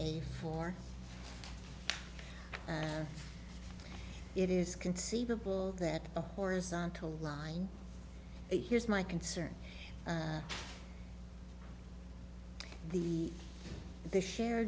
y four and it is conceivable that the horizontal line here's my concern the the share